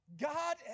God